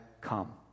come